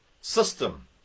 system